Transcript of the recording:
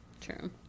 True